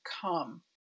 come